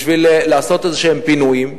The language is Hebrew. בשביל לעשות איזה פינויים,